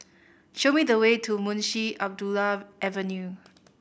show me the way to Munshi Abdullah Avenue